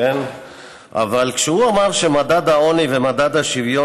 אבל כשהוא אמר שמדד העוני ומדד השוויון